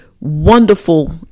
wonderful